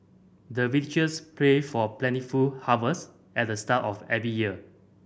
the villagers pray for plentiful harvest at the start of every year